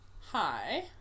hi